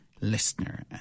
Listener